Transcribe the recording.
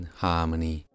harmony